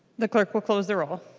the clerk will close the roll.